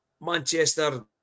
Manchester